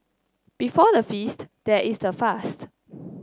before the feast there is the fast